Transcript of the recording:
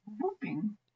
Whooping